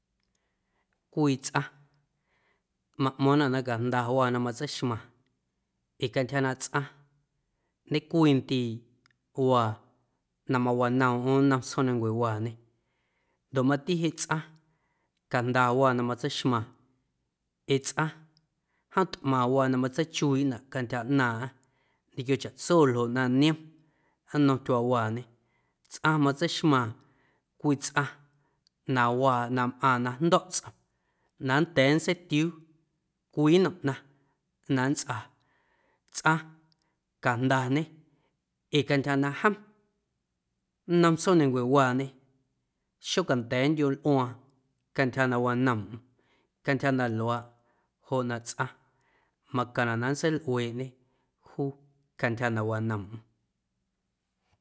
Cwii tsꞌaⁿ maꞌmo̱ⁿnaꞌ na cajndawaa na matseixmaaⁿ ee cantyja na tsꞌaⁿ ñecwii ndiiꞌ waa na mawanoomꞌm nnom tsjoomnancuewaañe ndoꞌ mati jeꞌ tsꞌaⁿ cajndawaa na matseixmaaⁿ ee tsꞌaⁿ jom tꞌmaⁿwaa na matseichuiiꞌnaꞌ cantyja ꞌnaaⁿꞌaⁿ ñequio chaꞌtso ljoꞌ na niom nnom tyuaawaañe tsꞌaⁿ matseixmaaⁿ cwii tsꞌaⁿ na waa na mꞌaaⁿ na jndo̱ꞌ tsꞌoom na nnda̱a̱ nntseitiuu cwii nnom ꞌnaⁿ na nntsꞌaa tsꞌaⁿ cajndañe ee cantyja na jom nnom tsjoomnancuewaañe xocanda̱a̱ nntiomlꞌuaaⁿ cantyja na wanoomꞌm cantyja na luaaꞌ joꞌ na tsꞌaⁿ macaⁿnaꞌ na nntseilꞌueeꞌñê juu cantyja na wanoomꞌm.